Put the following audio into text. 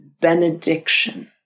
benediction